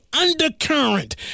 undercurrent